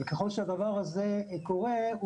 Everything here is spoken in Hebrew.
ככל שהדבר הזה קורה,